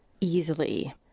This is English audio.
easily